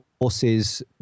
forces